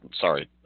sorry